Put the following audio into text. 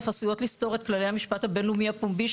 ואף עשויות לסתור את כללי המשפט הבין-לאומי הפומבי,